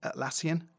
Atlassian